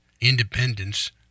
Independence